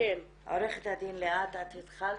עו"ד ליאת התחלת,